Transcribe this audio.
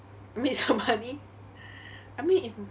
make some money I mean if